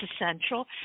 essential